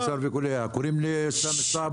קוראים לי סאמי אסעיד,